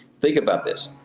think about this.